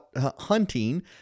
hunting